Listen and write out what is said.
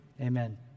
Amen